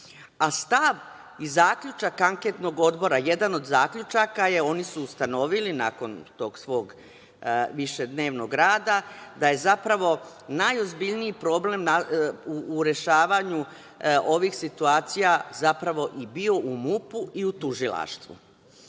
stav i zaključak Anketnog odbora, jedan od zaključaka je, oni su ustanovili nakon tog svog višednevnog reda da je zapravo najozbiljniji problem u rešavanju ovih situacija bio u MUP-u i u tužilaštvu.U